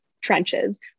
trenches